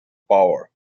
power